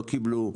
לא קיבלו.